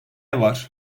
var